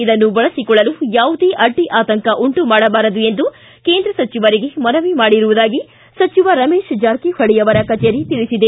ಇದನ್ನು ಬಳಸಿಕೊಳ್ಳಲು ಯಾವುದೇ ಅಡ್ಡಿ ಆತಂಕ ಉಂಟುಮಾಡಬಾರದು ಎಂದು ಕೇಂದ್ರ ಸಚಿವರಿಗೆ ಮನವಿ ಮಾಡಿರುವುದಾಗಿ ಸಚಿವ ರಮೇಶ್ ಜಾರಕಿಹೊಳಿ ಅವರ ಕಚೇರಿ ತಿಳಿಸಿದೆ